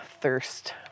Thirst